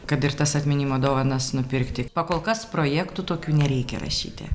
kad ir tas atminimo dovanas nupirkti pakol kas projektų tokių nereikia rašyti